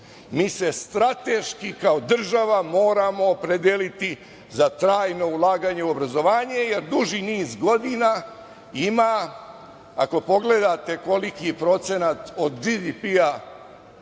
Mi se strateški kao država moramo opredeliti za trajno ulaganje u obrazovanje, jer duži niz godina, ako pogledate koliki procenat od BDP-a